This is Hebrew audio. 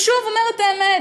ושוב, אומרת את האמת.